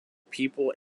people